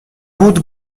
بود